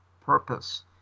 purpose